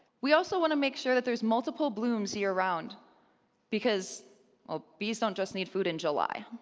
we also want to make sure that there's multiple blooms year round because ah bees don't just need food in july.